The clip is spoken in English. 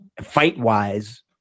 fight-wise